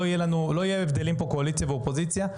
לא יהיו הבדלים בין קואליציה לאופוזיציה.